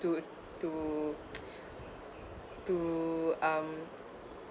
to to to um